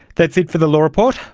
that's it for the law report.